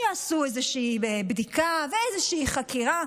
יעשו איזושהי בדיקה ואיזושהי חקירה.